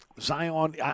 Zion